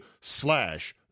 slash